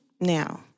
now